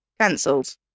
cancelled